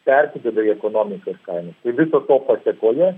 persiduoda į ekonomiką ir kainas to to pasėkoje